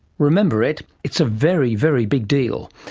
remember it, it's a very, very big deal.